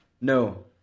No